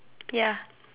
ya